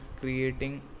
creating